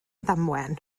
ddamwain